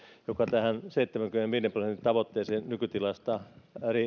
joka tähän seitsemänkymmenenviiden prosentin tavoitteeseen nykytilasta